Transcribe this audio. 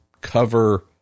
cover